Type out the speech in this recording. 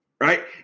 Right